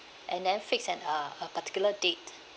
and then fixed at a a particular date